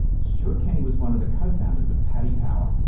stewart kenny was one of the co-founders of paddy power.